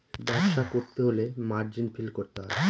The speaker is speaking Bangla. ব্যবসা করতে হলে মার্জিন ফিল করতে হয়